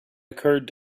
occurred